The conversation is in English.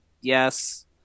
yes